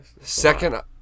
Second